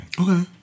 Okay